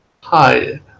Hi